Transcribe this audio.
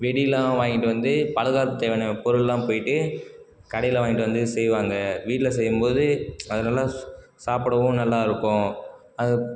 வெடிலாம் வாங்கிட்டு வந்து பலகாரத்து தேவையான பொருள்லாம் போயிட்டு கடையில் வாங்கிட்டு வந்து செய்வாங்க வீட்டில் செய்யும் போது அது நல்ல ஸ் சாப்புடகவும் நல்லாயிருக்கும் அது